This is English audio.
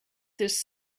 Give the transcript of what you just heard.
this